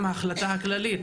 גם ההחלטה הכללית